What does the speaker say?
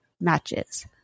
matches